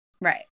Right